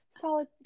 Solid